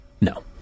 No